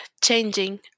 changing